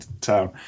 town